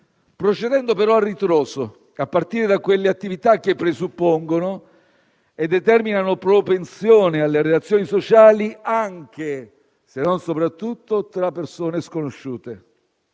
procedendo però a ritroso, a partire da quelle attività che presuppongono e determinano propensione alle relazioni sociali anche, se non soprattutto, tra persone sconosciute.